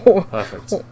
Perfect